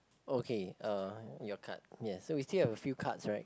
okay uh your card yeah so we still have a few cards right